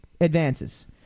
advances